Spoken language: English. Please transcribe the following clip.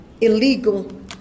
illegal